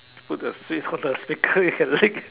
put the sweet on the speaker you can lick